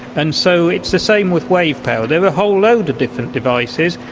and so it is the same with wave power. there are a whole load of different devices,